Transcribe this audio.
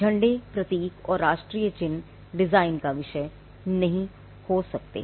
झंडे प्रतीक और राष्ट्रीय चिन्ह डिजाइन का विषय नहीं हो सकते